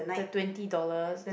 the twenty dollars